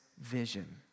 vision